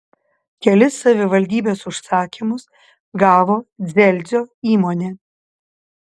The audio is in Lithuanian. kelis savivaldybės užsakymus gavo dzelzio įmonė